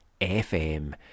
FM